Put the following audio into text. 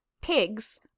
pigs